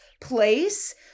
place